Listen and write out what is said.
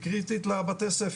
היא קריטית לבתי-הספר,